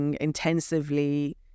intensively